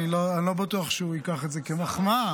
אני לא בטוח שהוא ייקח את זה כמחמאה.